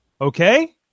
okay